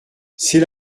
c’est